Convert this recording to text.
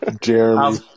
Jeremy